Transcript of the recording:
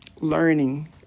learning